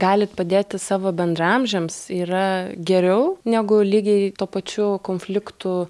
galit padėti savo bendraamžiams yra geriau negu lygiai tuo pačiu konfliktų